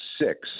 six